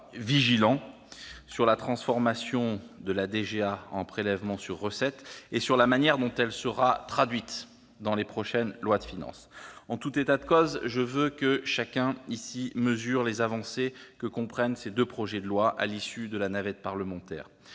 globale d'autonomie, la DGA, en prélèvement sur recettes et sur la manière dont elle sera traduite dans la prochaine loi de finances. En tout état de cause, je veux que chacun mesure les avancées que comprennent ces deux projets de loi, à l'issue de la navette parlementaire.